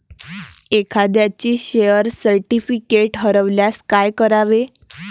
एखाद्याचे share certificate हरवल्यास काय करावे?